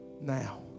now